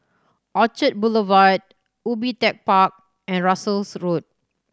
Orchard Boulevard Ubi Tech Park and Russels Road